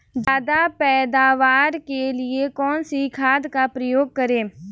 ज्यादा पैदावार के लिए कौन सी खाद का प्रयोग करें?